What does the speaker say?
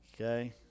okay